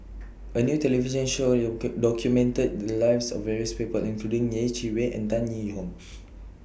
A New television Show YOU Could documented The Lives of various People including Yeh Chi Wei and Tan Yee Hong